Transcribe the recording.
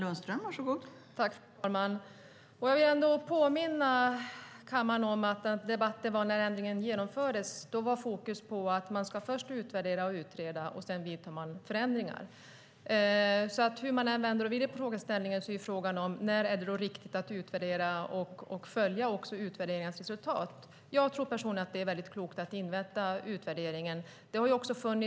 Fru talman! Får jag påminna kammaren om att när ändringen genomfördes var fokus i debatten på att man först ska utvärdera och utreda och sedan göra förändringar. Hur vi än vrider och vänder på frågeställningen är frågan när det är riktigt att utvärdera och följa utvärderingens resultat. Jag tror personligen att det är klokt att invänta utvärderingen.